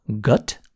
Gut